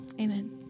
Amen